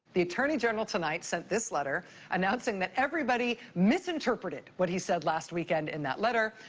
the attorney general tonight sent this letter announcing that everybody misinterpreted what he said last weekend in that letter.